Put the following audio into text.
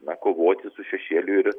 na kovoti su šešėliu ir